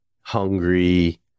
hungry